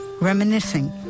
reminiscing